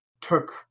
took